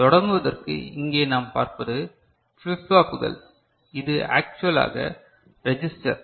எனவே தொடங்குவதற்கு இங்கே நாம் பார்ப்பது ஃபிளிப் ஃப்ளாப்புகள் இது ஆக்சுவலாக ரெஜிஸ்டர்